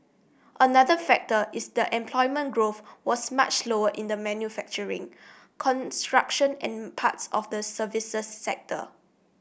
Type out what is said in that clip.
another factor is that employment growth was much slower in manufacturing construction and parts of the services sector